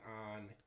on